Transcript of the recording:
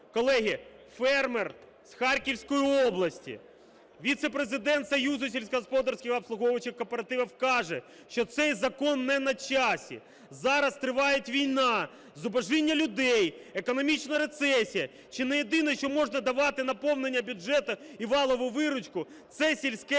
Колеги, фермер з Харківської області, віце-президент Союзу сільськогосподарських обслуговуючих кооперативів каже, що цей закон не на часі. Зараз триває війна, зубожіння людей, економічна рецесія. Чи не єдине, що може давати наповнення бюджету і валову виручку – це сільське господарство.